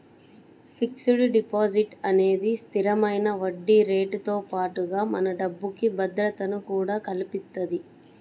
fixed deposit అనేది స్థిరమైన వడ్డీరేటుతో పాటుగా మన డబ్బుకి భద్రతను కూడా కల్పిత్తది